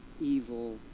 evil